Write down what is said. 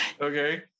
okay